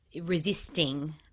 resisting